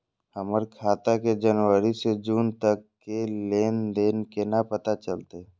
हमर खाता के जनवरी से जून तक के लेन देन केना पता चलते?